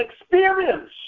experience